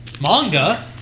Manga